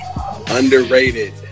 Underrated